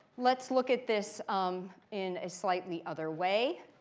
let's look at this um in a slightly other way.